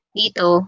dito